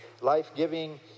life-giving